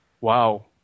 wow